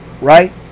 right